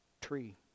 Tree